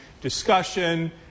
discussion